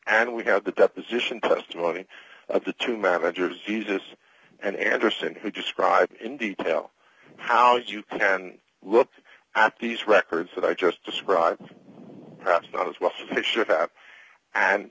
and we have the deposition testimony of the two managers jesus and anderson who describe in detail how you can look at these records that i just described perhaps not as well as fisher have and